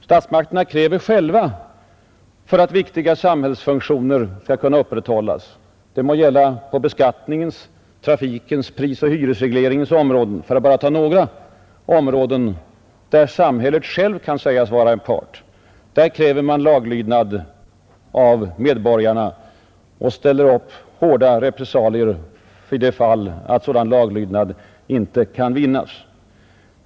Statsmakterna kräver för att viktiga samhällsfunktioner skall kunna upprätthållas — det må gälla på beskattningens, trafikens, prisoch hyresregleringens område för att bara ta några områden där samhället självt kan sägas vara part — laglydnad av medborgarna och ställer upp hårda repressalier i de fall sådan laglydnad inte kan vinnas.